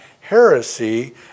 heresy